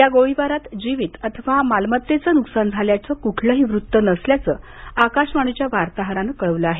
या गोळीबारात जीवित अथवा मालमत्तेचं नुकसान झाल्याचं कुठलंही वृत्त नसल्याचं आकाशवाणीच्या वार्ताहरानं कळवलं आहे